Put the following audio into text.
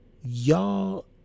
y'all